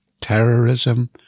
terrorism